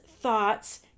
thoughts